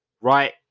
right